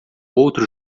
outro